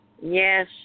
Yes